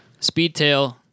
Speedtail